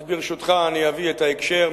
ברשותך, אני אביא את ההקשר.